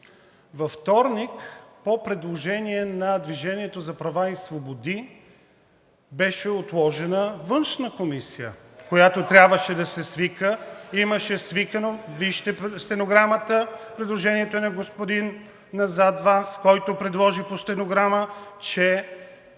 Във вторник по предложение на „Движение за права и свободи“ беше отложена Външната комисия, която трябваше да се свика, имаше свикано – вижте стенограмата, предложението е на господина зад Вас, който предложи по стенограма, че